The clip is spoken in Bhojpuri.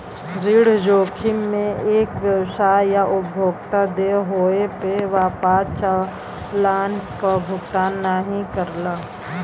ऋण जोखिम में एक व्यवसाय या उपभोक्ता देय होये पे व्यापार चालान क भुगतान नाहीं करला